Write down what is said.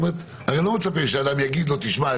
אני לא מצפה שאדם יגיד לו: תשמע,